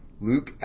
Luke